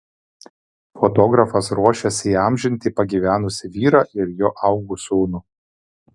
fotografas ruošiasi įamžinti pagyvenusį vyrą ir jo augų sūnų